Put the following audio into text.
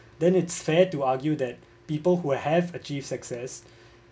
then it's fair to argue that people who have achieve success